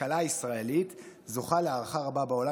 "הכלכלה הישראלית זוכה להערכה רבה בעולם